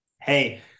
Hey